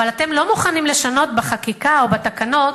אבל אתם לא מוכנים לשנות בחקיקה או בתקנות